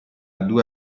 due